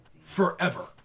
Forever